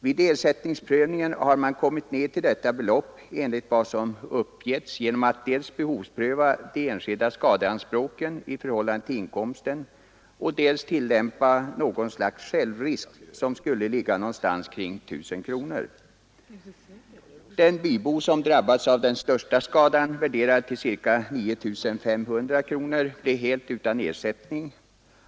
Vid ersättningsprövningen har man, enligt vad som uppgivits, kommit ned till detta belopp genom att dels behovspröva de enskilda skadeanspråken i förhållande till inkomsten, dels tillämpa något slags självrisk som skulle ligga någonstans kring 1 000 kronor. Den bybo som drabbades av den största skadan, värderad till ca 9 500 kronor, blev helt utan ersättning.